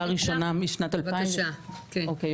ראשונה משנת 2002 שבעצם מינתה את משרד הרווחה להוביל